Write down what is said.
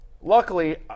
luckily